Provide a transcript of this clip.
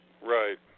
Right